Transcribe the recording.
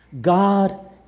God